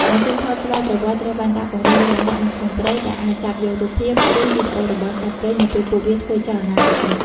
ម៉ាស៊ីនថតស្វ័យប្រវត្តិត្រូវបានដាក់ពង្រាយលាក់ៗនៅក្នុងព្រៃ ដែលអាចចាប់យករូបភាព ឬវីដេអូរបស់សត្វព្រៃនៅពេលពួកវាធ្វើចលនាកាត់មុខ។